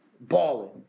Balling